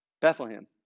Bethlehem